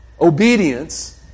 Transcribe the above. obedience